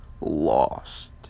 lost